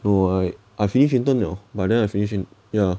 no I I finish intern liao but then I finish in ya